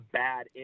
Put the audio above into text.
bad